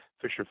Fisher